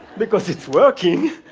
because it's working,